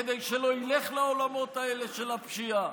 כדי שלא ילך לעולמות האלה של הפשיעה?